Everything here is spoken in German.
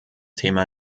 thema